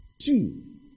Two